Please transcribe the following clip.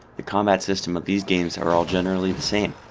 the combat system of these games are all generally the same.